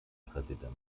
präsident